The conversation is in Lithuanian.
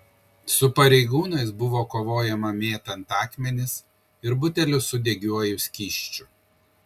su pareigūnais buvo kovojama mėtant akmenis ir butelius su degiuoju skysčiu